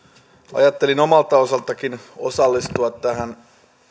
ajattelin omalta osaltanikin osallistua tähän